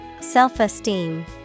Self-esteem